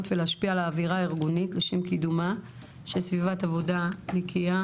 ולהשפיע על האווירה הארגונית לשם קידומה של סביבת עבודה נקייה